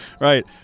right